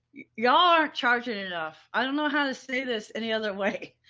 y'all aren't charging enough. i don't know how to say this any other way.